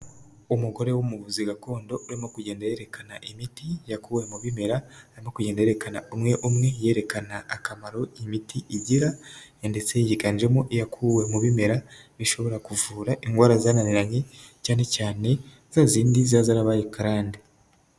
Umugore w'umuvuzi gakondo urimo kugenda yerekana imiti yakuwe mu bimera. Ari no kugenda yerekana umwe umwe ,yerekana akamaro imiti igira ndetsetse yiganjemo iyakuwe mu bimera bishobora kuvura indwara zananiranye cyane cyane za zindi ziba zarabaye karande.